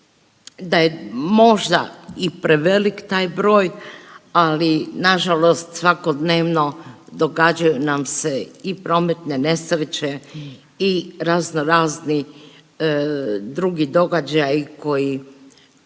da je možda i prevelik taj broj ali nažalost svakodnevno događaju nam se i prometne nesreće i razno razni drugi događaji koji